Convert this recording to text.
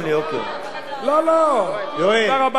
לא, תודה רבה לך,